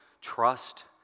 trust